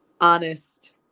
Honest